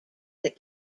that